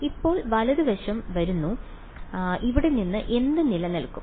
ഇപ്പോൾ വലതു വശം വരുന്നു ഇവിടെ നിന്ന് എന്ത് നിലനിൽക്കും